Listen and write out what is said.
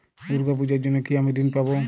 দুর্গা পুজোর জন্য কি আমি ঋণ পাবো?